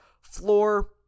Floor